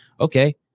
Okay